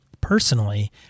personally